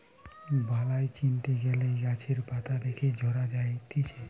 বালাই চিনতে গ্যালে গাছের পাতা দেখে বঝা যায়তিছে